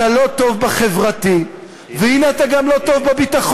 אתה לא טוב בחברתי, והנה אתה גם לא טוב בביטחון.